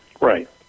Right